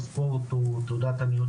שר התרבות והספורט חילי טרופר